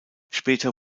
später